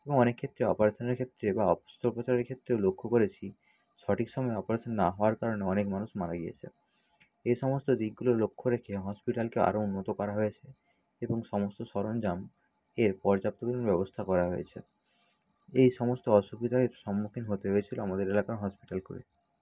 এবং অনেক ক্ষেত্রে অপারেশানের ক্ষেত্রে বা অস্ত্রোপচারের ক্ষেত্রেও লক্ষ্য করেছি সঠিক সময়ে অপারেশান না হওয়ার কারণে অনেক মানুষ মারা গিয়েছে এই সমস্ত দিকগুলো লক্ষ্য রেখে হসপিটালকে আরও উন্নত করা হয়েছে এবং সমস্ত সরঞ্জাম এর পর্যাপ্ত পরিমাণ ব্যবস্থা করা হয়েছে এই সমস্ত অসুবিধায় সম্মুখীন হতে হয়েছিল আমাদের এলাকার হসপিটালগুলি